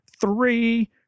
three